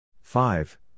five